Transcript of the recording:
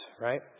right